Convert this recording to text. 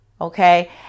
okay